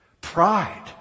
Pride